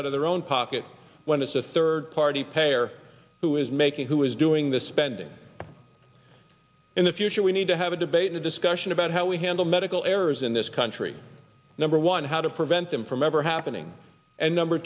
out of their own pocket when it's a third party payer who is making who is doing the spending in the future we need to have a debate a discussion about how we handle medical errors in this country number one how to prevent them from ever happening and number